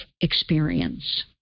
experience